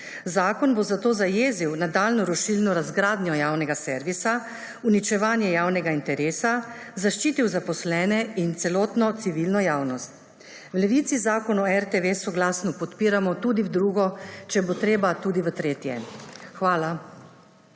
Zakon bo zato zajezil nadaljnjo rušilno razgradnjo javnega servisa, uničevanje javnega interesa, zaščitil zaposlene in celotno civilno javnost. V Levici Zakon o RTV soglasno podpiramo tudi v drugo, če bo treba, tudi v tretje. Hvala.